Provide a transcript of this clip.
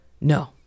No